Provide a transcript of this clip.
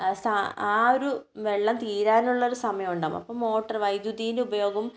സാ ആ ഒരു വെള്ളം തീരാനുള്ള ഒരു സമയമുണ്ട് അപ്പം മോട്ടോർ വൈദ്യുതീന്റെ ഉപയോഗവും